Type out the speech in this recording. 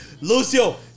Lucio